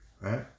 right